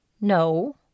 No